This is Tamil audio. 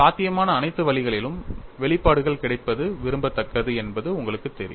சாத்தியமான அனைத்து வழிகளிலும் வெளிப்பாடுகள் கிடைப்பது விரும்பத்தக்கது என்பது உங்களுக்குத் தெரியும்